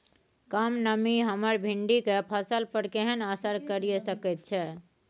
कम नमी हमर भिंडी के फसल पर केहन असर करिये सकेत छै?